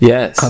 Yes